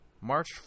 March